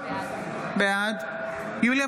בעד יוליה